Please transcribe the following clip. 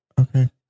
Okay